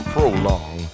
Prolong